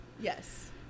Yes